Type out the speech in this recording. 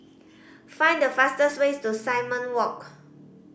find the fastest way to Simon Walk